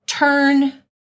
Turn